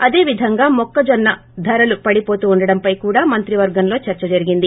అదే విధంగా మొక్కజొన్న ధరలు పడిపోతుండటంపై కూడా మంత్రివర్గంలో చర్చ జరిగింది